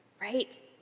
right